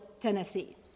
Tennessee